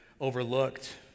overlooked